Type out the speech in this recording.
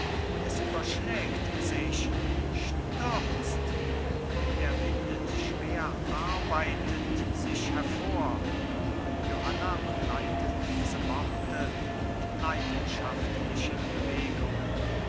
es überschlägt sich stürzt er windet schwer arbeitend sich hervor johanna begleitet diese worte mit leidenschaftlichen bewegungen